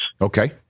Okay